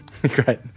great